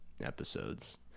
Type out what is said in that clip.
episodes